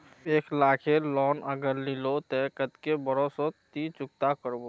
एक लाख केर लोन अगर लिलो ते कतेक कै बरश सोत ती चुकता करबो?